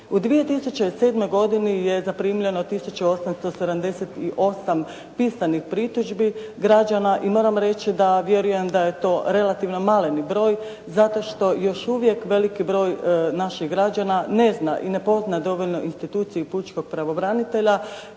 U 2007. godini je zaprimljeno tisuću 878 pisanih pritužbi građana i moram reći da vjerujem da je to relativno maleni broj zato što još uvijek veliki broj naših građana ne zna i ne pozna dovoljno instituciju pučkog pravobranitelja